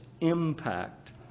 impact